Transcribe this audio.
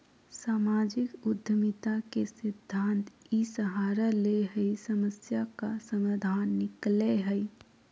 सामाजिक उद्यमिता के सिद्धान्त इ सहारा ले हइ समस्या का समाधान निकलैय हइ